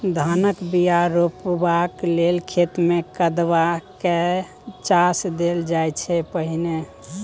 धानक बीया रोपबाक लेल खेत मे कदबा कए चास देल जाइ छै पहिने